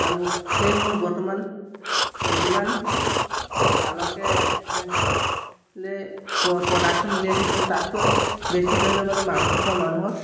আৰু সেইসমূহ বৰ্তমান যিমান পালকে প্ৰডাকশ্যন উলিয়াইছে কিন্তু তাতকৈ বেছি ধৰি লওক মানে মাংস খোৱা মানুহৰ